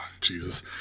Jesus